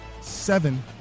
Seven